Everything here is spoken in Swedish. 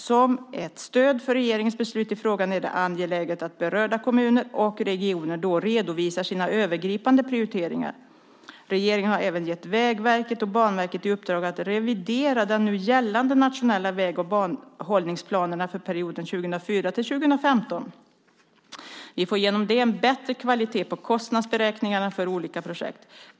Som ett stöd för regeringens beslut i frågan är det angeläget att berörda kommuner och regioner då redovisar sina övergripande prioriteringar. Regeringen har även gett Vägverket och Banverket i uppdrag att revidera de nu gällande nationella väg och banhållningsplanerna för perioden 2004-2015. Vi får genom det en bättre kvalitet på kostnadsberäkningarna för olika projekt.